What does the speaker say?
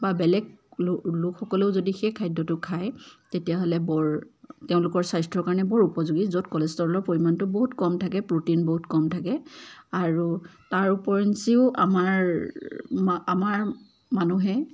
বা বেলেগ লোক লোকসকলেও যদি সেই খাদ্যটো খায় তেতিয়াহ'লে বৰ তেওঁলোকৰ স্বাস্থ্যৰ কাৰণে বৰ উপযোগী য'ত কলেষ্ট্ৰলৰ পৰিমাণটো বহুত কম থাকে প্ৰটিন বহুত কম থাকে আৰু তাৰ উপৰিঞ্চিও আমাৰ আমাৰ মানুহে